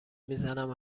میزنم